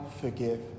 forgive